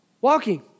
Walking